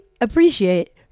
appreciate